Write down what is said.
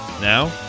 Now